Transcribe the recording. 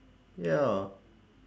ya